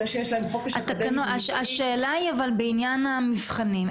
אבל השאלה היא בעניין המבחנים.